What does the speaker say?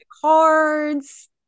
cards